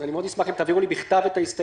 אני אשמח מאוד אם תעבירו לי בכתב את ההסתייגויות.